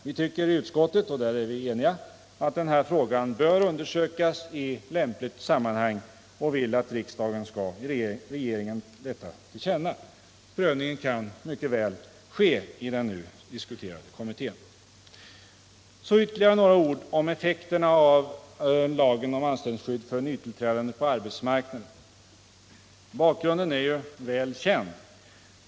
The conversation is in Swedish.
Vi tycker i utskottet — och där är vi eniga — att denna fråga bör undersökas i lämpligt sammanhang, och vi vill att riksdagen skall ge regeringen detta till känna. Prövningen kan mycket väl ske i den nu diskuterade kommittén. Så ytterligare några ord om effekterna av lagen om anställningsskydd för nytillträdande på arbetsmarknaden. Bakgrunden är väl känd.